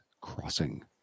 Crossing